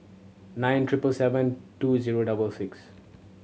nine triple seven two zero double six